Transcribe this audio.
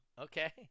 Okay